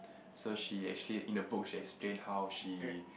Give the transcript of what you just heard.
so she actually in the book she explained how she